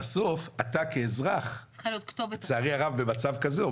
בסוף לצערי הרב במצב כזה,